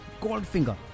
Goldfinger